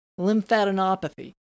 lymphadenopathy